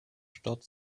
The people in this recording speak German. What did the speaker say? staut